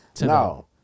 No